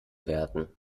werten